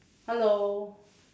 hello